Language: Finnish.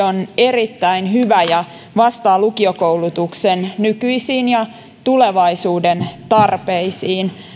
on erittäin hyvä ja vastaa lukiokoulutuksen nykyisiin ja tulevaisuuden tarpeisiin